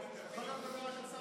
אתה כל היום מדבר רק על שר המשפטים.